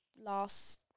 Last